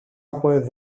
από